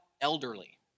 elderly